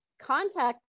contact